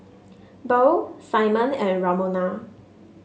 Beryl Simon and Ramona